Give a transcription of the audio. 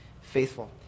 Faithful